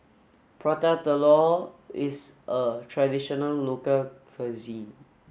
Prata Telur is a traditional local cuisine